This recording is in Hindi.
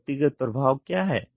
व्यक्तिगत प्रभाव क्या है